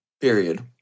Period